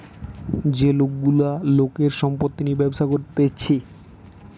যে লোক গুলা লোকের সম্পত্তি নিয়ে ব্যবসা করতিছে